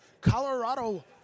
Colorado